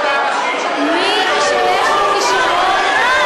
לו כישרון,